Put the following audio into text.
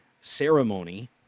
ceremony